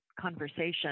conversation